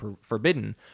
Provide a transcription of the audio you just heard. forbidden